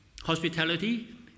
Hospitality